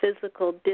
physical